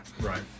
Right